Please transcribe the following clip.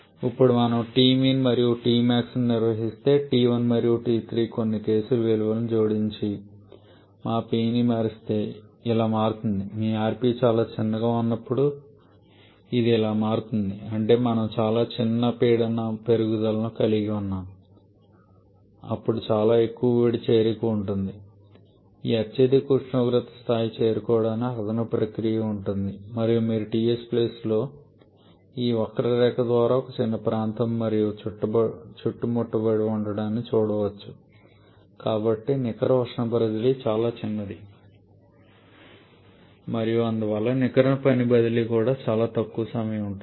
ఇప్పుడు మనము Tmean మరియు Tmax ను నిర్వహిస్తే T1 మరియు T3 కొన్ని కేస్ విలువలను జోడించి మా P ని మారిస్తే ఇలా మారుతుంది మీ rp చాలా చిన్నగా ఉన్నప్పుడు ఇది ఇలా మారుతుంది అంటే మనము చాలా చిన్న పీడన పెరుగుదలను కలిగి ఉన్నాము అప్పుడు చాలా ఎక్కువ వేడి చేరిక ఉంటుంది ఈ అత్యధిక ఉష్ణోగ్రత స్థాయికి చేరుకోవడానికి అదనపు ప్రక్రియ ఉంటుంది మరియు మీరు Ts ప్లేన్ లో ఈ వక్రరేఖ ద్వారా ఒక చిన్న ప్రాంతం మాత్రమే చుట్టుముట్టబడి ఉండటాన్ని చూడవచ్చు కాబట్టి నికర ఉష్ణ బదిలీ చాలా చిన్నది మరియు అందువల్ల నికర పని బదిలీ కూడా చాలా తక్కువగా ఉంటుంది